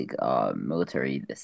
military